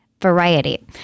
Variety